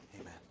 Amen